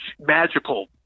magical